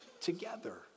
Together